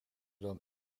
dan